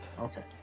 Okay